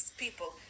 people